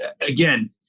again